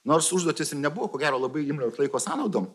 nors užduotys ir nebuvo ko gero labai imlios laiko sąnaudom